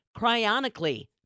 cryonically